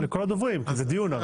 לכל הדוברים, זה דיון הרי.